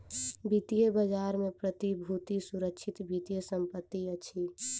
वित्तीय बजार में प्रतिभूति सुरक्षित वित्तीय संपत्ति अछि